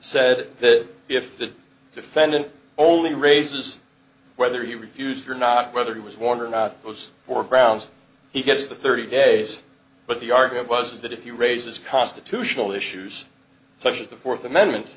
said that if the defendant only raises whether he refused or not whether he was warned or not those who are grounds he gets the thirty days but the arc of was that if you raise this constitutional issues such as the fourth amendment